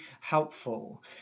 helpful